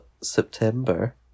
September